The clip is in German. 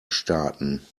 starten